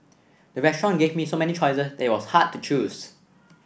the restaurant gave so many choices that it was hard to choose